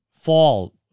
fall